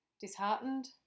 disheartened